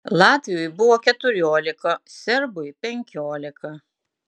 latviui buvo keturiolika serbui penkiolika